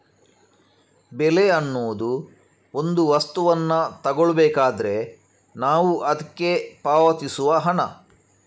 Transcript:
ಬೆಲೆ ಅನ್ನುದು ಒಂದು ವಸ್ತುವನ್ನ ತಗೊಳ್ಬೇಕಾದ್ರೆ ನಾವು ಅದ್ಕೆ ಪಾವತಿಸುವ ಹಣ